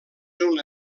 una